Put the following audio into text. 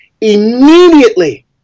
Immediately